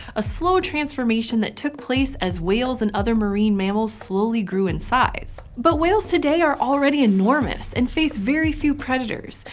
a slow transformation that took place as whales and other marine mammals slowly grew in size. but whales today are already enormous, and face very few predators.